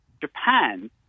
Japan